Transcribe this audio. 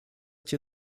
cię